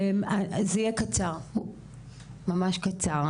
זה יהיה קצר, ממש קצר.